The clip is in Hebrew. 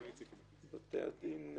כולל בתי הדין,